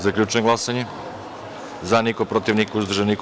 Zaključujem glasanje: za – niko, protiv – niko, uzdržan – niko.